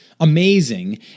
amazing